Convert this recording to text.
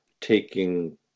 taking